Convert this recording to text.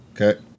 Okay